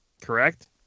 correct